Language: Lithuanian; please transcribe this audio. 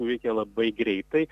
suveikė labai greitai